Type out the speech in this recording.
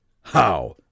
How